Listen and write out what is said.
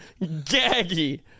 gaggy